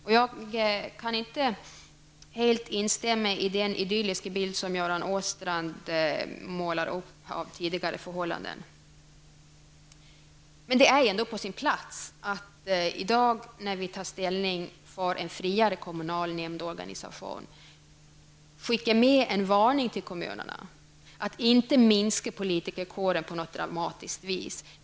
Jag kan inte helt instämma i den idylliska bild som Göran Åstrand förmedlade över hur det var tidigare. Det är ändå på sin plats att i dag, när vi tar ställning för en friare kommunal nämndorganisation, skicka med en varning till kommunerna att inte minska politikerkåren på något dramatiskt vis.